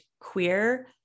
queer